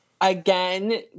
again